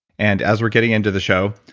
and as we're getting into the show,